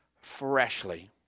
freshly